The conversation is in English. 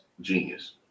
genius